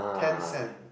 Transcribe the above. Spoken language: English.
tencent